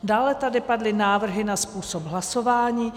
Dále tady padly návrhy na způsob hlasování.